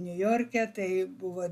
niujorke tai buvo